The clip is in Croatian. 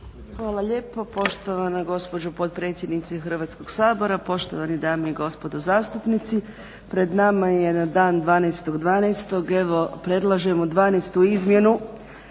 Hvala lijepo poštovana gospođo potpredsjednice Hrvatskog sabora, poštovane dame i gospodo zastupnici. Pred nama je na dan 12.12. evo predlažemo 12. izmjenu